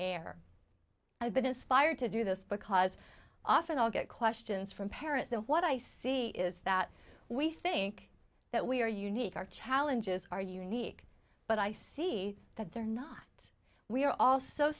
air i've been inspired to do this because often i'll get questions from parents and what i see is that we think that we are unique our challenges are unique but i see that they're not we're al